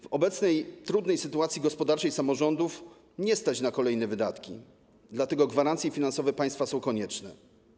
W obecnej trudnej sytuacji gospodarczej samorządów nie stać na kolejne wydatki, dlatego gwarancje finansowe państwa są konieczne.